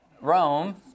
Rome